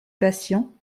patient